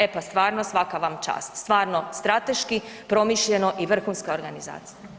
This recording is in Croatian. E pa stvarno svaka vam čast, stvarno strateški, promišljeno i vrhunska organizacija.